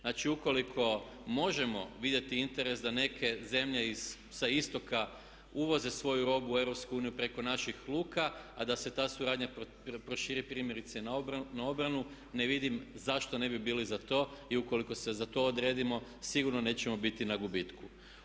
Znači, ukoliko možemo vidjeti interes da neke zemlje sa Istoka uvoze svoju robu u EU preko naših luka a da se ta suradnja proširi primjerice na obranu ne vidim zašto ne bi bili za to i ukoliko se za to odredimo sigurno nećemo biti na gubitku.